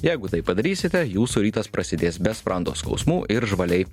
jeigu taip padarysite jūsų rytas prasidės be sprando skausmų ir žvaliai